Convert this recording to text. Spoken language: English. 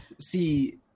see